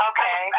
Okay